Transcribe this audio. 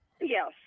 Yes